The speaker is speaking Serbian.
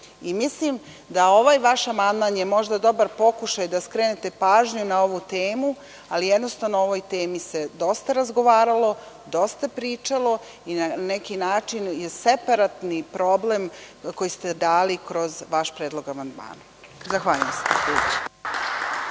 da je ovaj vaš amandman možda dobar pokušaj da skrenete pažnju na ovu temu, ali jednostavno o ovoj temi se dosta razgovaralo, dosta pričalo i na neki način je separatni problem koji ste dali kroz vaš predlog amandmana. Zahvaljujem se.